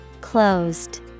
closed